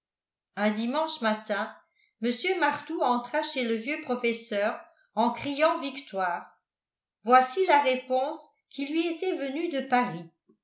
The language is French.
un dimanche matin mr martout entra chez le vieux professeur en criant victoire voici la réponse qui lui était venue de paris